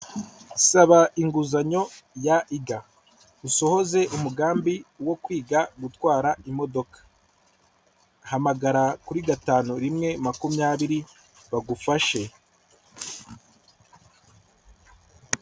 Saba inguzanyo ya nida usohoze umugambi wo kwiga gutwara imodoka, hamagara kuri gatanu rimwe makumyabiri bagufashe.